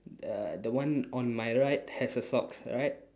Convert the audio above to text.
uh the one on my right has a socks right